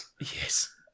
Yes